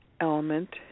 element